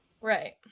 Right